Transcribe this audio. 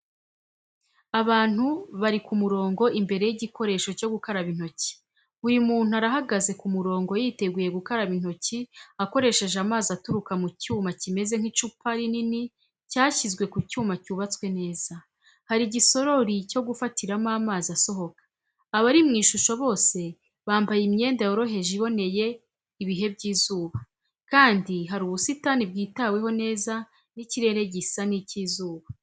Abantu bari mu murongo imbere y’igikoresho cyo gukaraba intoki. Buri muntu arahagaze ku murongo yiteguye gukaraba intoki akoresheje amazi aturuka mu cyuma kimeze nk’icupa rinini ryashyizwe ku cyuma cyubatswe neza. Hari igisorori cyo gufatiramo amazi asohoka. Abari mu ishusho bose bambaye imyenda yoroheje iboneye ibihe by’izuba, kandi hari ubusitani bwitaweho neza n’ikirere gisa n’icy’izuba.